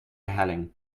helling